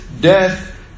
death